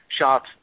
shots